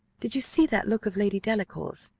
did you see that look of lady delacour's?